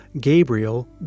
Gabriel